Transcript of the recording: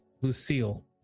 Lucille